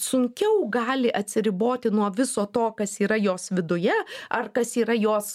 sunkiau gali atsiriboti nuo viso to kas yra jos viduje ar kas yra jos